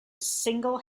single